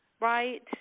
right